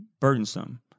burdensome